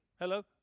Hello